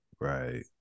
Right